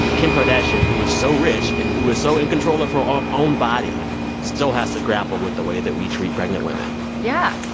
kim kardashian, who is so rich and who is so in control of her ah ah own body still has to grapple with the way that we treat pregnant women yeah.